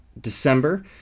December